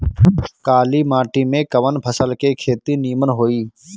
काली माटी में कवन फसल के खेती नीमन होई?